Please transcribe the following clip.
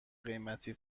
قیمتی